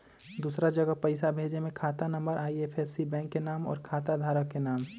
दूसरा जगह पईसा भेजे में खाता नं, आई.एफ.एस.सी, बैंक के नाम, और खाता धारक के नाम?